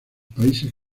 países